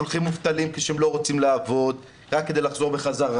שולחים מובטלים שלא רוצים לעבוד רק כדי לחזור בחזרה,